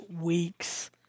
week's